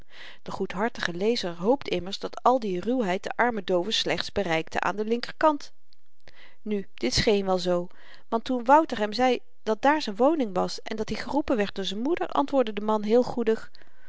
de goedhartige lezer hoopt immers dat al die ruwheid den armen doove slechts bereikte aan den linkerkant nu dit scheen wel zoo want toen wouter hem zei dat daar z'n woning was en dat-i geroepen werd door z'n moeder antwoordde de man heel goedig